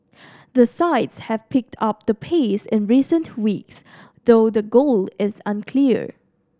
the sides have picked up the pace in recent weeks though the goal is unclear